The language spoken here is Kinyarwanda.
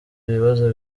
ibibazo